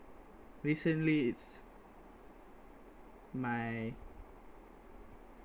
recently it's my